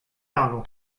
dongle